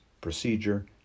procedure